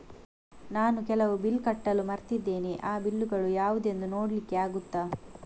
ನಾನು ಕೆಲವು ಬಿಲ್ ಕಟ್ಟಲು ಮರ್ತಿದ್ದೇನೆ, ಆ ಬಿಲ್ಲುಗಳು ಯಾವುದೆಂದು ನೋಡ್ಲಿಕ್ಕೆ ಆಗುತ್ತಾ?